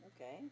Okay